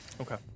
Okay